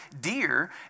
dear